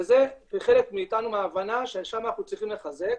וזה חלק מההבנה שלנו ששם אנחנו צריכים לחזק.